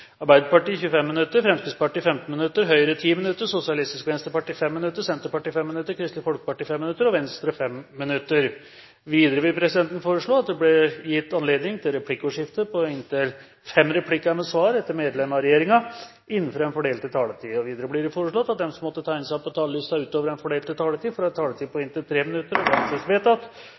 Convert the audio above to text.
Arbeiderpartiet 25 minutter, Fremskrittspartiet 15 minutter, Høyre 10 minutter, Sosialistisk Venstreparti 5 minutter, Senterpartiet 5 minutter, Kristelig Folkeparti 5 minutter og Venstre 5 minutter. Videre vil presidenten foreslå at det blir gitt anledning til replikkordskifte på inntil fem replikker med svar etter medlem av regjeringen innenfor den fordelte taletid. Videre blir det foreslått at de som måtte tegne seg på talerlisten utover den fordelte taletid, får en taletid på inntil 3 minutter. – Det anses vedtatt.